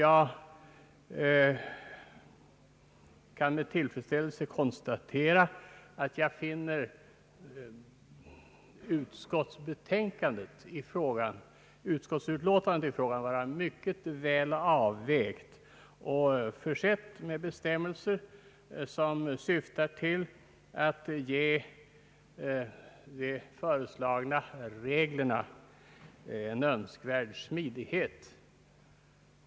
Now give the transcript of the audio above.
Jag kan med tillfredsställelse konstatera att utskottsutlåtandet i frågan förefaller mycket väl avvägt och försett med bestämmelser som syftar till att ge de föreslagna reglerna en önskvärd smidighet.